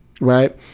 Right